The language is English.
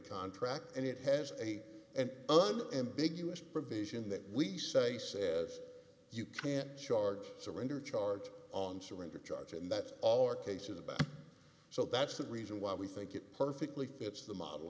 contract and it has a and unambiguous provision that we say says you can't charge surrender charge on surrender charge and that all our cases about so that's the reason why we think it perfectly fits the model